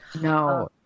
No